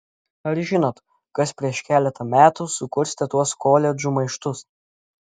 ar žinot kas prieš keletą metų sukurstė tuos koledžų maištus